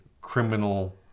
criminal